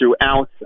throughout